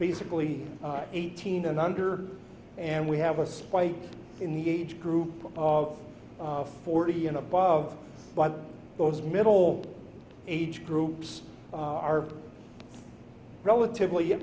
basically eighteen and under and we have a spike in the age group of forty and above but those middle age groups are relatively